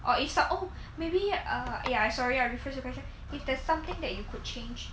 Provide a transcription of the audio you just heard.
or if sa~ oh maybe err ya sorry I rephrase the question if there's something that you could change